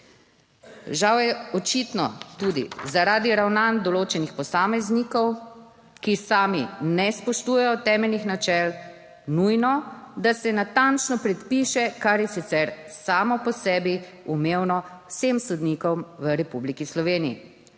Žal je očitno tudi zaradi ravnanj določenih posameznikov, ki sami ne spoštujejo temeljnih načel, nujno, da se natančno predpiše, kar je sicer samo po sebi umevno vsem sodnikom v Republiki Sloveniji.